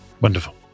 Wonderful